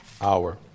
hour